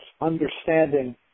understanding